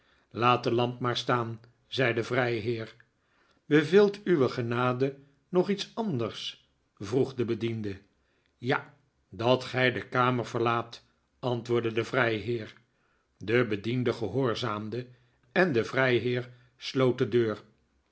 de lamp maar staan zei de vrij heer beveelt uwe genade nog iets anders vroeg de bediende ja dat gij de kamer verlaat antwoordde de vrijheer de bediende gehoorzaamde en de vrijheer sloot de deur